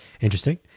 Interesting